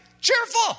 Cheerful